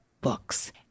books